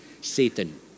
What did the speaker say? Satan